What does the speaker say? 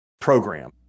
program